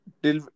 till